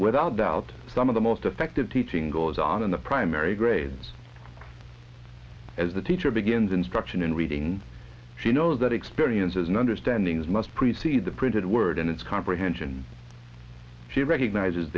without doubt some of the most effective teaching goes on in the primary grades as the teacher begins instruction in reading she know that experience is an understanding as must precede the printed word in its comprehension she recognizes